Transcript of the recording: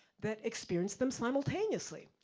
that experience them simultaneously.